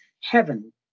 heaven